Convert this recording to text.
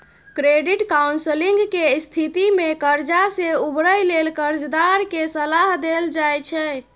credit counselling के स्थिति में कर्जा से उबरय लेल कर्जदार के सलाह देल जाइ छइ